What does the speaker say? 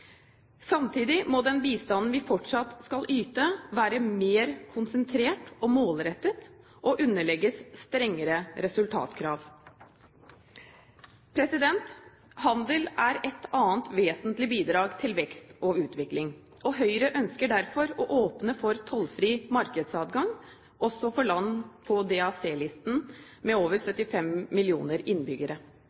Samtidig må den bistanden vi fortsatt skal yte, være mer konsentrert og målrettet og underlegges strengere resultatkrav. Handel er et annet vesentlig bidrag til vekst og utvikling, og Høyre ønsker derfor å åpne for tollfri markedsadgang, også for land på DAC-listen med over 75 millioner innbyggere.